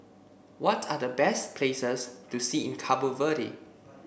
what are the best places to see in Cabo Verde